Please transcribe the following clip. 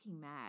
mad